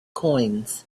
coins